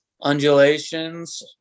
undulations